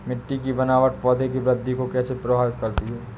मिट्टी की बनावट पौधों की वृद्धि को कैसे प्रभावित करती है?